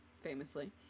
famously